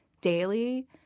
daily